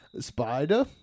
spider